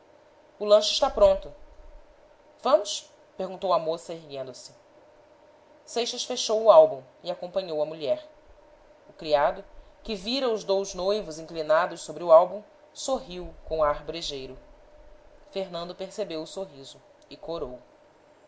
o lanche está pronto vamos perguntou a moça erguendo-se seixas fechou o álbum e acompanhou a mulher o criado que vira os dous noivos inclinados sobre o álbum sorriu com ar brejeiro fernando percebeu o sorriso e corou